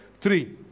three